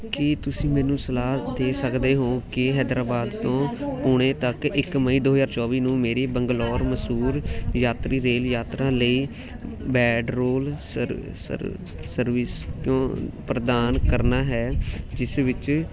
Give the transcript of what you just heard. ਕੀ ਤੁਸੀਂ ਮੈਨੂੰ ਸਲਾਹ ਦੇ ਸਕਦੇ ਹੋ ਕਿ ਹੈਦਰਾਬਾਦ ਤੋਂ ਪੁਣੇ ਤੱਕ ਇੱਕ ਮਈ ਦੋ ਹਜ਼ਾਰ ਚੌਵੀ ਨੂੰ ਮੇਰੀ ਬੰਗਲੋਰ ਮੰਸੂਰ ਯਾਤਰੀ ਰੇਲ ਯਾਤਰਾ ਲਈ ਬੈਡਰੋਲ ਸਰ ਸਰ ਸਰਵਿਸ ਪ੍ਰਦਾਨ ਕਰਨਾ ਹੈ ਜਿਸ ਵਿੱਚ